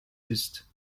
ist